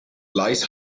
lies